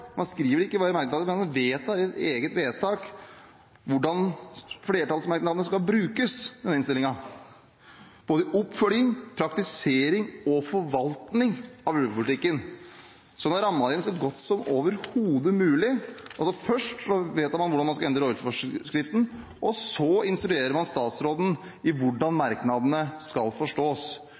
man skriver det ikke bare i merknadene, men man vedtar, et eget vedtak – hvordan flertallsmerknadene i denne innstillingen skal brukes, både i oppfølging, praktisering og forvaltning av ulvepolitikken, som har rammet det inn så godt som overhodet mulig. Først vedtar man hvordan man skal endre rovviltforskriften, og så instruerer man statsråden i hvordan merknadene skal forstås.